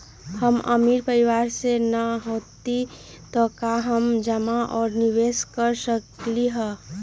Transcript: हम अमीर परिवार से न हती त का हम जमा और निवेस कर सकली ह?